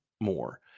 more